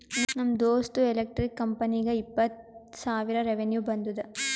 ನಮ್ ದೋಸ್ತ್ದು ಎಲೆಕ್ಟ್ರಿಕ್ ಕಂಪನಿಗ ಇಪ್ಪತ್ತ್ ಸಾವಿರ ರೆವೆನ್ಯೂ ಬಂದುದ